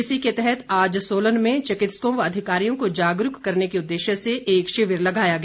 इसी के तहत आज सोलन में चिकित्सकों व अधिकारियों को जागरूक करने के उददेश्य से एक शिविर लगाया गया